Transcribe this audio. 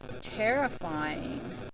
terrifying